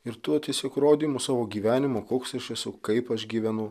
ir tuo tiesiog rodymu savo gyvenimo koks aš esu kaip aš gyvenu